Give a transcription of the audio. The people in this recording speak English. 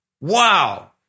Wow